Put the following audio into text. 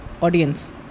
audience